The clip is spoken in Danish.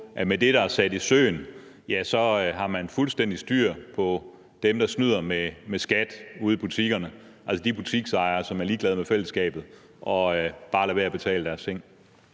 at med det, der er sat i søen, har man fuldstændig styr på dem, der snyder med skat ude i butikkerne, altså de butiksejere, som er ligeglade med fællesskabet og bare lader være med at betale deres ting?